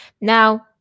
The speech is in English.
Now